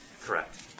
Correct